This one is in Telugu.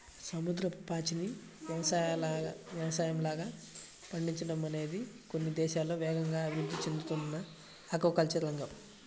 సముద్రపు పాచిని యవసాయంలాగా పండించడం అనేది కొన్ని దేశాల్లో వేగంగా అభివృద్ధి చెందుతున్న ఆక్వాకల్చర్ రంగం